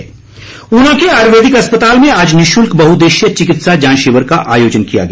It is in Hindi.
शिविर ऊना के आयुर्वेदिक अस्पताल में आज निशुल्क बहुउदेश्यीय चिकित्सा जांच शिविर का आयोजन किया गया